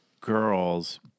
girls